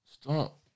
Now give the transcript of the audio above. stop